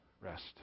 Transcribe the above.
rest